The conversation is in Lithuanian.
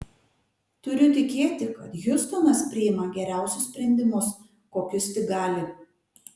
turiu tikėti kad hiustonas priima geriausius sprendimus kokius tik gali